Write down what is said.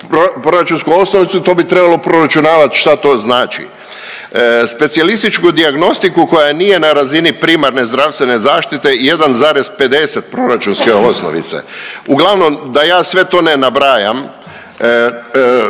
proračunsku osnovicu to bi trebalo proračunavat šta to znači. Specijalističku dijagnostiku koja nije na razini primarne zdravstvene zaštite 1,50 proračunske osnovice. Uglavnom da ja sve to ne nabrajam